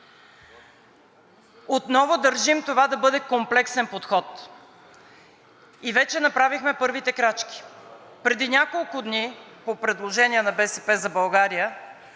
Отново държим това да бъде комплексен подход и вече направихме първите крачки. Преди няколко дни по предложение на „БСП за България“